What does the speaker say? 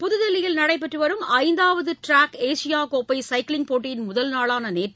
புதுதில்லியில் நடைபெற்று வரும் ஐந்தாவது ட்ராக் ஏசியா கோப்பை சைக்ளிங் போட்டியின் முதல் நாளான நேற்று